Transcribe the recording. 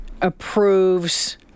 approves